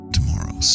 *Tomorrow*